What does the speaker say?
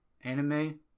anime